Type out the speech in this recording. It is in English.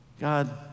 God